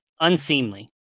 unseemly